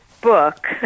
book